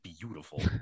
Beautiful